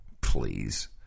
Please